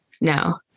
No